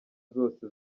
zose